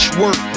work